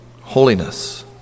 holiness